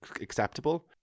acceptable